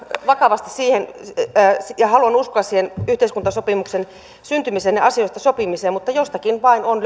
vakavasti ja haluan uskoa yhteiskuntasopimuksen syntymiseen ja asioista sopimiseen mutta jostakin vain on